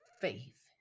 faith